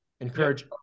encourage